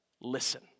listen